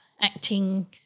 acting